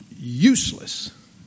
useless